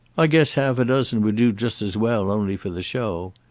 i guess half-a-dozen would do just as well, only for the show.